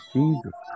Jesus